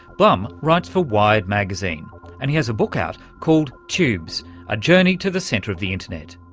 blum writes for wired magazine and he has a book out called tubes a journey to the centre of the internet.